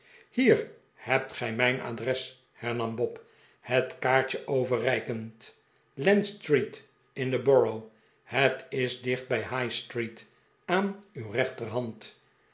hier hebt gij mijn adres hernam bob een kaartje overreikend lant street in de borough het is di'cht bij de high-street aan uw rechterhand